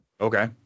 okay